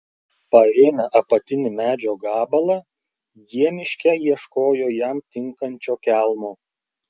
paėmę apatinį medžio gabalą jie miške ieškojo jam tinkančio kelmo